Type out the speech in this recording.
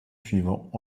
suivants